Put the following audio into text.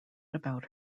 about